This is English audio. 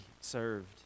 served